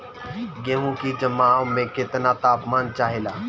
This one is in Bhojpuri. गेहू की जमाव में केतना तापमान चाहेला?